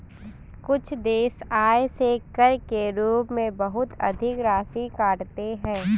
कुछ देश आय से कर के रूप में बहुत अधिक राशि काटते हैं